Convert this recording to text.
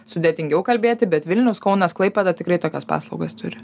sudėtingiau kalbėti bet vilnius kaunas klaipėda tikrai tokias paslaugas turi